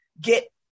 get